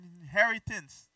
inheritance